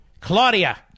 Claudia